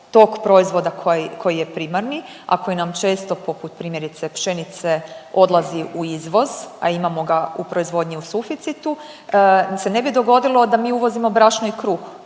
tog proizvoda koji je primarni, a koji nam često poput primjerice pšenice odlazi u izvoz, a imamo ga u proizvodnji u suficitu se ne bi dogodilo da mi uvozimo brašno i kruh